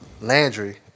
Landry